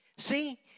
See